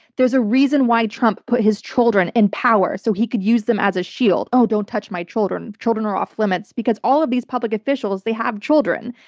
there's a reason why trump put his children in power, so he could use them as a shield. oh, don't touch my children. children are off limits. because all of these public officials, they have children.